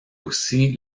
aussi